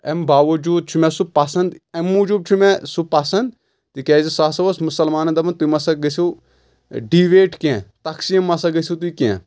امہِ باوجوٗد چھُ مےٚ سُہ پسنٛد اَمہِ موٗجوٗب چھُ مےٚ سُہ پسنٛد تِکیازِ سُہ ہسا اوس مُسلمانن دپان تٔمۍ ہسا گژھو ڈیٖویٹ کینٛہہ تقسیٖم ما گژھو تُہۍ کینٛہہ